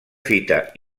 fita